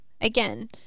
again